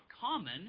common